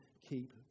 keep